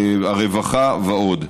הרווחה ועוד.